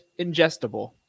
ingestible